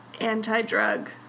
Anti-drug